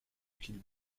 qu’il